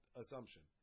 assumption